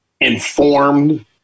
informed